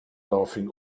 laughing